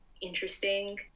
interesting